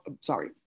sorry